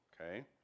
Okay